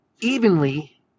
evenly